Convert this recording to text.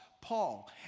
Paul